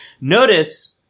notice